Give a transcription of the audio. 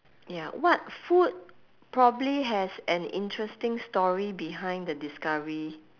ya what food probably has an interesting story behind the discovery